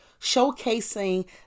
showcasing